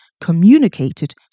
communicated